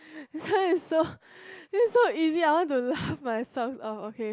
this one is so is so easy I want to laugh myself oh okay